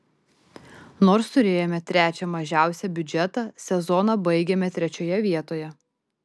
nors turėjome trečią mažiausią biudžetą sezoną baigėme trečioje vietoje